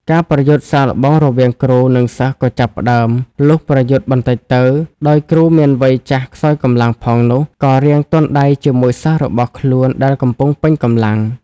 ការប្រយុទ្ធសាកល្បងរវាងគ្រូ និងសិស្សក៏ចាប់ផ្ដើម លុះប្រយុទ្ធបន្តិចទៅ ដោយគ្រូមានវ័យចាស់ខ្សោយកម្លាំងផងនោះ ក៏រាងទន់ដៃជាមួយសិស្សរបស់ខ្លួនដែលកំពុងពេញកម្លាំង ។